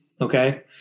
Okay